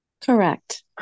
Correct